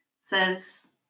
says